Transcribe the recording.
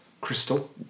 Crystal